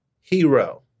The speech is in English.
Hero